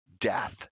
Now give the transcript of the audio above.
death